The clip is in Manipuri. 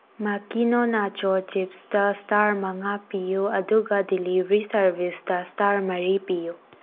ꯃꯥꯀꯤꯅꯣ ꯅꯥꯆꯣ ꯆꯤꯞꯁꯇ ꯏꯁꯇꯥꯔ ꯃꯉꯥ ꯄꯤꯌꯨ ꯑꯗꯨꯒ ꯗꯤꯂꯤꯚ꯭ꯔꯤ ꯁꯥꯔꯚꯤꯁꯇ ꯏꯁꯇꯥꯔ ꯃꯔꯤ ꯄꯤꯌꯨ